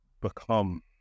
become